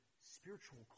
spiritual